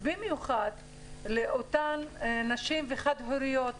במיוחד לאותן נשים וחד-הוריות.